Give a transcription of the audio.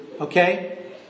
Okay